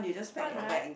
fun right